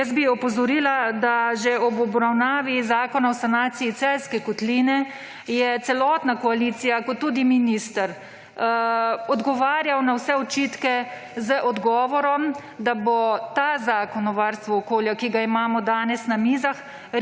zavrnila. Opozorila bi, da je že ob obravnavi zakona o sanaciji Celjske kotline celotna koalicija kot tudi je minister odgovarjal na vse očitke z odgovorom, da bo ta zakon o varstvu okolja, ki ga imamo danes na mizah,